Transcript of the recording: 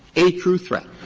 a true threat.